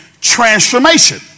transformation